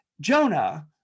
Jonah